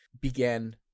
began